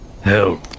hell